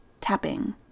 tapping